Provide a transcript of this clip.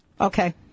Okay